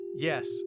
Yes